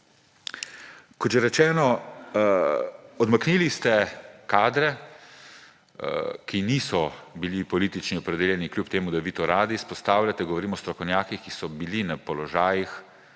Kot že rečeno, odmaknili ste kadre, ki niso bili politično opredeljeni, čeprav vi to radi izpostavljate. Govorim o strokovnjakih, ki so bili na položajih,